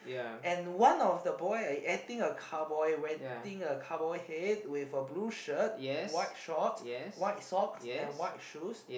and one of the boy act~ acting a cowboy wetting a cowboy head with a blue shirt white short white socks and white shoes